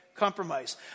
compromise